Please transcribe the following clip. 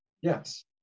Yes